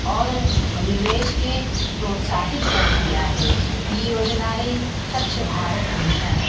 और निवेश खे प्रोत्साहित करदी आहे ॿी योजना आहे स्वच्छ भारत मिशन